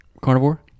carnivore